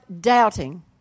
doubting